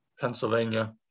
Pennsylvania